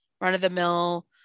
run-of-the-mill